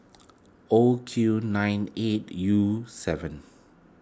O Q nine eight U seven